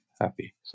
happy